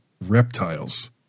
reptiles